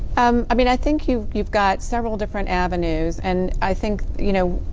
um i mean i think you've you've got several different avenues and i think, you know,